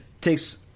takes